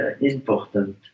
important